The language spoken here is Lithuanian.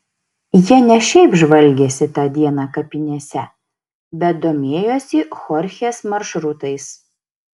jie ne šiaip žvalgėsi tą dieną kapinėse bet domėjosi chorchės maršrutais